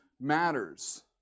matters